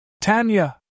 Tanya